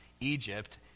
Egypt